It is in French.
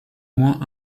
moins